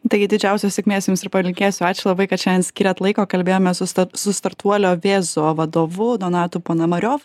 taigi didžiausios sėkmės jums ir palinkėsiu ačiū labai kad šiandien skyrėt laiko kalbėjome su sta su startuolio viezo vadovu donatu ponomariov